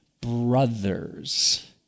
brothers